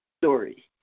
story